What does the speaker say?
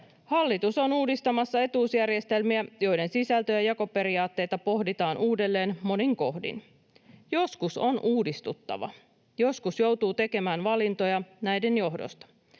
Hallitus on uudistamassa etuusjärjestelmiä, joiden sisältöä ja jakoperiaatteita pohditaan uudelleen monin kohdin. Joskus on uudistuttava, joskus joutuu tekemään valintoja näiden johdosta.